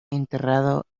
enterrado